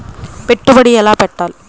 పెట్టుబడి ఎలా పెట్టాలి?